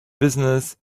business